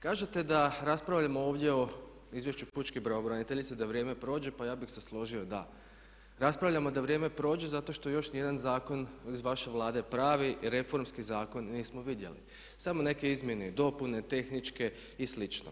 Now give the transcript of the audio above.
Kažete da raspravljamo ovdje o izvješću pučke pravobraniteljice da vrijeme prođe pa ja bih se složio da, raspravljamo da vrijeme prođe zato što još ni jedan zakon iz vaše Vlade, pravi i reformski zakon nismo vidjeli samo neke izmjene i dopune tehničke i slično.